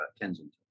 Kensington